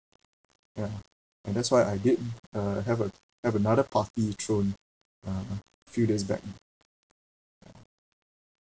ya and that's why I did uh have a have another party thrown uh few days back ah